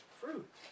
fruit